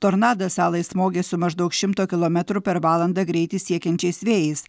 tornadas salai smogė su maždaug šimto kilometrų per valandą greitį siekiančiais vėjais